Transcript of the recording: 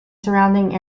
surrounding